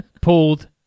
pulled